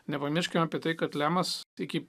nepamirškime apie tai kad lemas iki